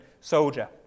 soldier